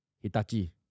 Hitachi